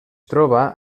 troba